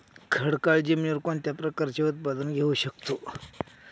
खडकाळ जमिनीवर कोणत्या प्रकारचे उत्पादन घेऊ शकतो?